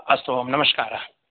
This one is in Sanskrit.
अस्तु ओं नमस्कारः